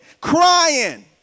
crying